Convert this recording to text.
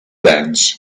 dance